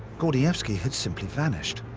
gordievsky had simply vanished.